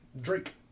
Drake